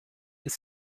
ist